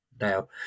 now